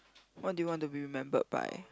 what do you want to be remembered by